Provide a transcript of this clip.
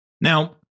Now